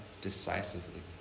decisively